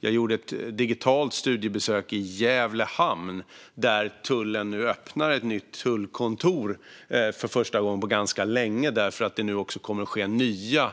Jag gjorde ett digitalt studiebesök i Gävle hamn, där tullen nu öppnar ett nytt tullkontor för första gången på ganska länge eftersom det nu också kommer att bli nya